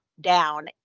down